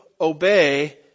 obey